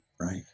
right